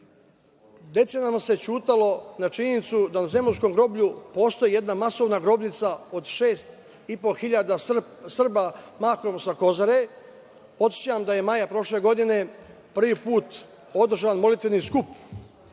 se ćutalo na činjenicu da u Zemunskom groblju postoji jedna masovna grobnica od 6.500 Srba, mahom sa Kozare. Podsećam da je maja prošle godine prvi put održan molitveni skup